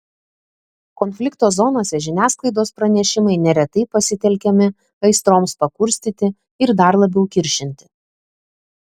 konflikto zonose žiniasklaidos pranešimai neretai pasitelkiami aistroms pakurstyti ir dar labiau kiršinti